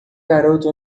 garoto